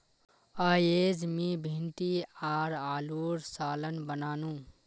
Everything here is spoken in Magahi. अयेज मी भिंडी आर आलूर सालं बनानु